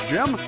Jim